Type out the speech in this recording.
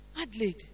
Adelaide